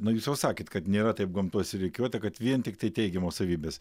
na jūs jau sakėt kad nėra taip gamtoj surikiuota kad vien tiktai teigiamos savybės